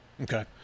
Okay